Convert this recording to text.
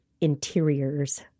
interiors